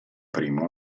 primo